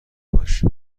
باش